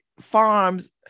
farms